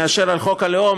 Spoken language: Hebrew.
הרבה יותר מאשר על חוק הלאום,